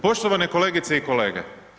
Poštovane kolegice i kolege.